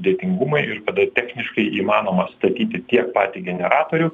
dėkingumai ir kada techniškai įmanoma statyti tiek patį generatorių